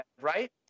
right